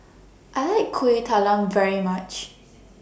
I like Kuih Talam very much